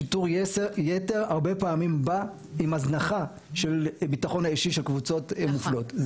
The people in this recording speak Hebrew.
שיטור יתר הרבה פעמים בא עם הזנחה של הביטחון האישי של קבוצות מופלות.